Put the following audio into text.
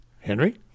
Henry